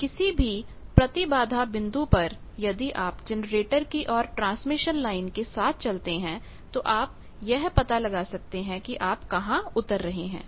तो किसी भी प्रतिबाधा बिंदु पर यदि आप जनरेटर की ओर ट्रांसमिशन लाइन के साथ चलते हैं तो आप यह पता लगा सकते हैं कि आप कहाँ उतर रहे हैं